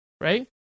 right